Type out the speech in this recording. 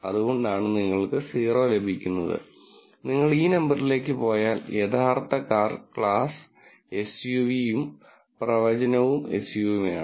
അതുകൊണ്ടാണ് നിങ്ങൾക്ക് 0 ലഭിക്കുന്നത് നിങ്ങൾ ഈ നമ്പറിലേക്ക് പോയാൽ യഥാർത്ഥ കാർ ക്ലാസ് എസ്യുവിയും പ്രവചനവും എസ്യുവിയുമാണ്